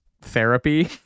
therapy